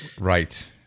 Right